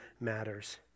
matters